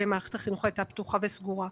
שבהן מערכת החינוך הייתה פתוחה וסגורה.